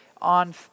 on